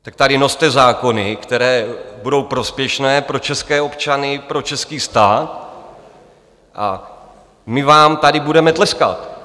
Tak tady noste zákony, které budou prospěšné pro české občany, pro český stát, a my vám tady budeme tleskat.